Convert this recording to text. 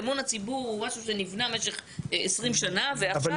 אמון הציבור זה משהו שנבנה במשך 20 שנה ועכשיו